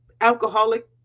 alcoholic